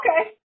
Okay